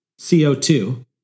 CO2